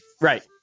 Right